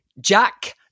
Jack